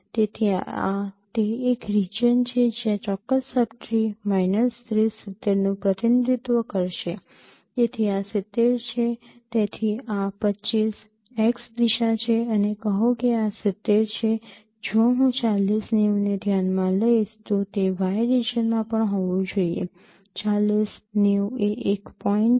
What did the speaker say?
તેથી આ તે એક રિજિયન છે જે આ ચોક્કસ સબ ટ્રી માઇનસ ૩૦ ૭૦ નું પ્રતિનિધિત્વ કરશે તેથી આ ૭૦ છે તેથી આ ૨૫ x દિશા છે અને કહો કે આ ૭૦ છે જો હું ૪૦ ૯૦ ને ધ્યાનમાં લઈશ તો તે y રિજિયનમાં પણ હોવું જોઈએ ૪૦ ૯૦ એ એક પોઇન્ટ છે